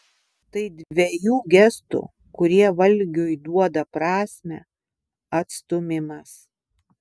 tai dvejų gestų kurie valgiui duoda prasmę atstūmimas